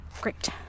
Great